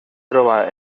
troba